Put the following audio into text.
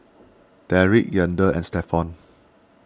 Derek Yandel and Stephon